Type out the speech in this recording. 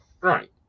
right